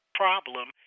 problem